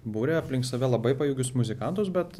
buria aplink save labai pajėgius muzikantus bet